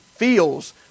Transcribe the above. feels